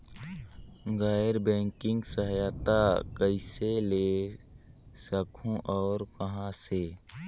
गैर बैंकिंग सहायता कइसे ले सकहुं और कहाँ से?